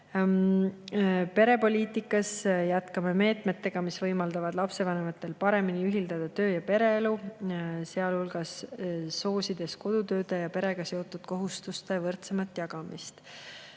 Perepoliitikas jätkame meetmeid, mis võimaldavad lapsevanematel paremini ühildada töö- ja pereelu, sealhulgas soosides kodutööde ja perega seotud kohustuste võrdsemat jagamist.